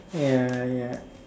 yeah yeah